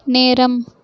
நேரம்